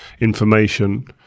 information